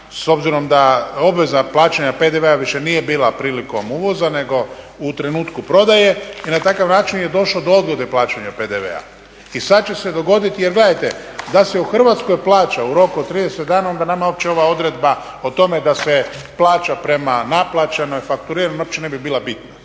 s obzirom da obveza plaćanja PDV-a više nije bila prilikom uvoza nego u trenutku prodaje i na takav način je došlo do odgode plaćanja PDV-a. I sad će se dogoditi, jer gledajte da se u Hrvatskoj plaća u roku od 30 dana onda nama uopće ova odredba o tome da se plaća prema naplaćenoj fakturi uopće ne bi bila bitna.